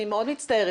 אני מאוד מצטערת,